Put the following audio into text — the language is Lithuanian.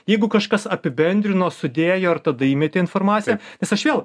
jeigu kažkas apibendrino sudėjo ir tada įmetė informaciją nes aš vėl